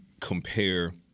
compare